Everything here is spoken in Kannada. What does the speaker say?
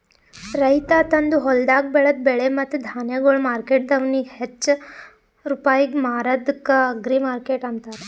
ರೈತ ತಂದು ಹೊಲ್ದಾಗ್ ಬೆಳದ ಬೆಳೆ ಮತ್ತ ಧಾನ್ಯಗೊಳ್ ಮಾರ್ಕೆಟ್ದವನಿಗ್ ಹಚ್ಚಾ ರೂಪಾಯಿಗ್ ಮಾರದ್ಕ ಅಗ್ರಿಮಾರ್ಕೆಟ್ ಅಂತಾರ